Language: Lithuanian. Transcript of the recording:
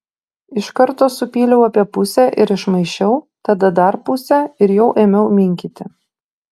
iš karto supyliau apie pusę ir išmaišiau tada dar pusę ir jau ėmiau minkyti